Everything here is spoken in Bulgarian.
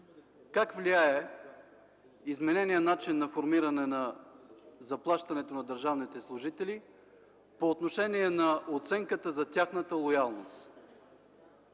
как влияе измененият начин на формиране на заплащането на държавните служители по отношение на оценката за тяхната лоялност,